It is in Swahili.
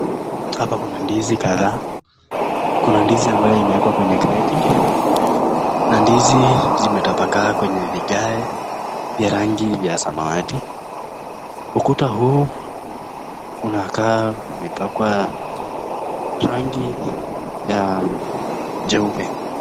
Hapa kuna ndizi kadhaa kuna ndizi ambayo imewekwa kwenye kreti na ndizi zimetapakaa kwenye vigae vya rangi vya samawati ukuta huu unakaa umepakwa rangi ya jeupe.